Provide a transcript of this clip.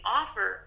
offer